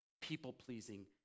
people-pleasing